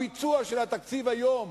הביצוע של התקציב, היום